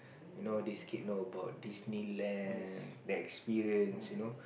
you know these kid know about Disneyland they experience you know